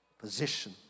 Position